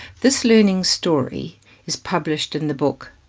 this learning story is published in the book,